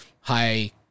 high